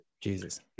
Jesus